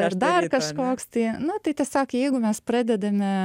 ar dar kažkoks tai na tai tiesiog jeigu mes pradedame